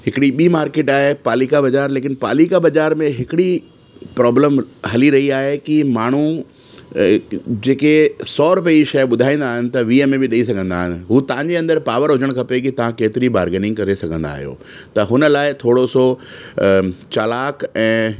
हिकिड़ी ॿीं मार्केट आहे पालिका बज़ारि लेकिनि पालिका बज़ारि में हिकिड़ी प्रोब्लम हली रही आहे कि माण्हू जे के सौ रुपए जी शइ ॿुधाईंदा आहिनि त वीह में बि ॾेई सघंदा आहिनि हू तव्हांजे अंदरि पॉवर हुजणु खपे कि तव्हां केतिरी बार्गेनिंग करे सघंदा आहियो त हुन लाइ थोरो सो चालाक ऐं